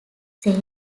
same